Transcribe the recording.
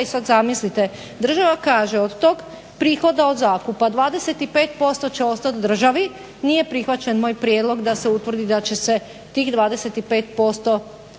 i sad zamislite država kaže od tog prihoda od zakupa 25% će ostati državi. Nije prihvaćen moj prijedlog da se utvrdi da će se tih 25% koristiti